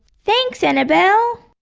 thanks annabelle!